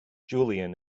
julian